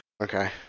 Okay